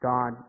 God